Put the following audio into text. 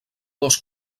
dos